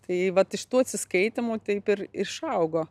tai vat iš tų atsiskaitymų taip ir išaugo